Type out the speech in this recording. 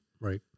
right